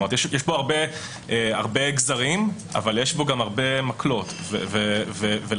יש בו הרבה גזרים, אבל יש בו גם הרבה מקלות, ולכן